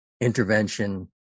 intervention